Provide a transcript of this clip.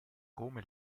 come